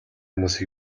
хүмүүс